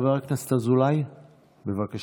חבר הכנסת אזולאי, בבקשה.